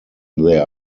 there